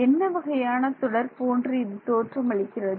என்ன வகையான தொடர் போன்று இது தோற்றமளிக்கிறது